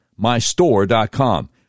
mystore.com